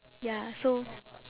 ya so